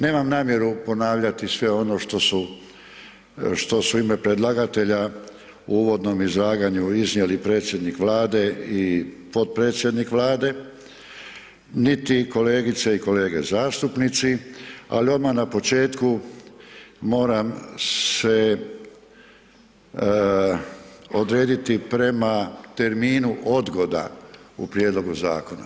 Nemam namjeru ponavljati sve ono što su, što su u ime predlagatelja u uvodnom izlaganju iznijeli predsjednik Vlade i potpredsjednik Vlade, niti kolegice i kolege zastupnici ali odmah na početku moram se odrediti prema terminu odgoda prijedloga zakona.